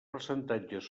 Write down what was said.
percentatges